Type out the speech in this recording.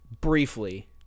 Briefly